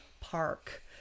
park